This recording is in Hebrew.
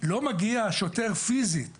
השוטר לא מגיע פיזית למתלונן,